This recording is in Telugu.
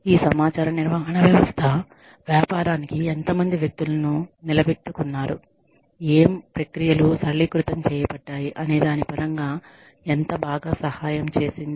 ఈ సమాచార నిర్వహణ వ్యవస్థ వ్యాపారానికి ఎంత మంది వ్యక్తులను నిలబెట్టుకున్నారు ఏం ప్రక్రియలు సరళీకృతం చేయబడ్డాయి అనే దాని పరంగా ఎంత బాగా సహాయం చేసింది